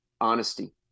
honesty